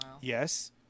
Yes